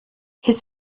his